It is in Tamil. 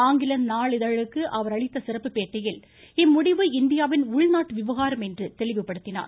ஆங்கில நாளிதழுக்கு அவர் அளித்த சிறப்பு பேட்டியில் இம்முடிவு இந்தியாவின் உள்நாட்டு விவகாரம் என்று தெளிவுபடுத்தினார்